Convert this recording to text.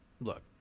Look